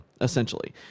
essentially